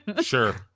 Sure